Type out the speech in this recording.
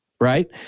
right